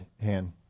hand